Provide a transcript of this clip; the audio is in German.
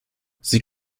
sie